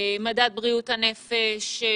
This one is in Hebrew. מדד בריאות הנפש,